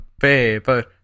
Paper